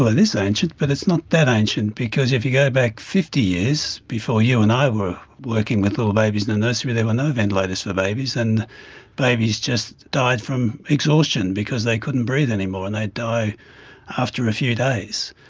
well, it is ancient but it's not that ancient because if you go back fifty years, before you and i were working with little babies in the nursery, there were no ventilators for babies, and babies just died from exhaustion because they couldn't breathe anymore and they'd die after a few days.